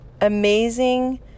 amazing